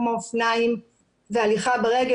כמו אופניים והליכה ברגל,